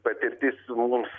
patirtis mums